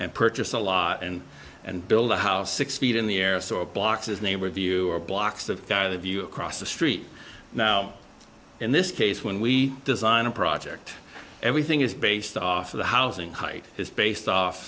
and purchase a lot and and build a house six feet in the air so a box is neighbor viewer blocks of view across the street now in this case when we design a project everything is based off of the housing height is based